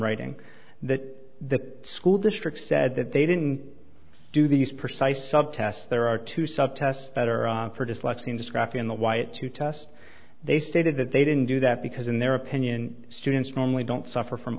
writing that the school district said that they didn't do these precise sub tests there are two sub tests better for dyslexia discraft in the white two test they stated that they didn't do that because in their opinion students normally don't suffer from